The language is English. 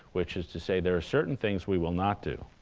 which is to say there are certain things we will not do